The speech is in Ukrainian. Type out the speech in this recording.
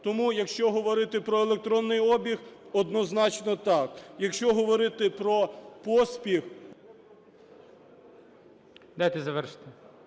Тому, якщо говорити про електронний обіг - однозначно так. Якщо говорити про поспіх…